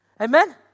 Amen